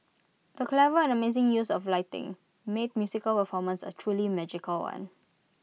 the clever and amazing use of lighting made musical performance A truly magical one